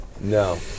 No